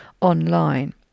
online